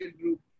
Group